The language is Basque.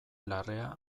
larrea